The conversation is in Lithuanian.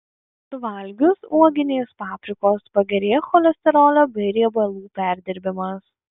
suvalgius uoginės paprikos pagerėja cholesterolio bei riebalų perdirbimas